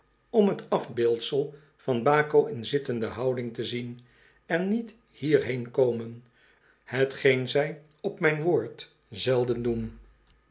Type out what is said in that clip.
om t afbeeldsel van baco in zittende houding te zien en niet hierheen komen t geen zij op mijn woord zelden doen